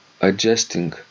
adjusting